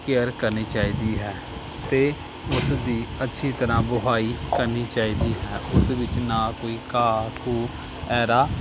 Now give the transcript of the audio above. care ਕਰਨੀ ਚਾਹੀਦੀ ਹੈ ਅਤੇ ਉਸ ਦੀ ਅੱਛੀ ਤਰ੍ਹਾਂ ਵਹਾਈ ਕਰਨੀ ਚਾਹੀਦੀ ਹੈ ਉਸ ਵਿੱਚ ਨਾ ਕੋਈ ਘਾਹ ਘੂਹ ਐਰਾ